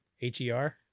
h-e-r